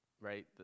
right